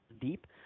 deep